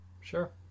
sure